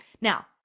now